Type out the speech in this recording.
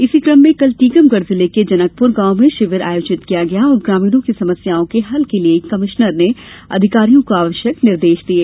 इसी कम में कल टीकमगढ़ जिले के जनकपुर गांव में शिविर आयोजित किया गया और ग्रामीणों की समस्याओं के हल के लिये कमिश्नर ने अधिकारियों को आवश्यक निर्देश दिये